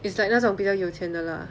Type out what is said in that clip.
it's like 那种比较有钱的 lah